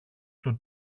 του